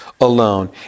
alone